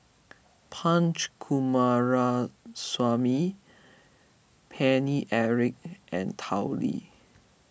Punch Coomaraswamy Paine Eric and Tao Li